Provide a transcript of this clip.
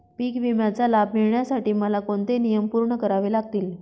पीक विम्याचा लाभ मिळण्यासाठी मला कोणते नियम पूर्ण करावे लागतील?